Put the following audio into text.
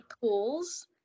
pools